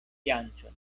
fianĉon